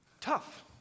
tough